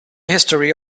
history